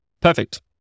Perfect